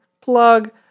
plug